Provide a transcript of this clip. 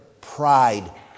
pride